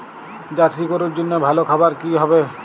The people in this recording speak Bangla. জার্শি গরুর জন্য ভালো খাবার কি হবে?